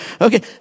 Okay